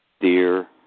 Deer